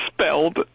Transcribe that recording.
spelled